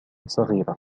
صغيرة